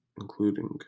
including